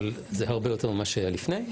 אבל זה הרבה יותר ממה שהיה לפני כן.